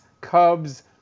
Cubs